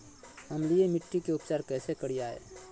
अम्लीय मिट्टी के उपचार कैसे करियाय?